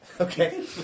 Okay